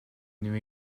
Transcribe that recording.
new